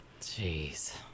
Jeez